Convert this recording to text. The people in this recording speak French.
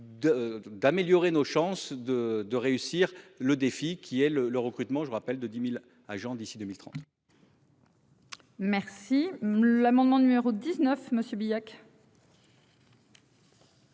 d'améliorer nos chances de de réussir le défi qui est le le recrutement je rappelle de 10.000 agents d'ici 2030. Merci. L'amendement numéro 19 monsieur Billac.